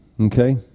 okay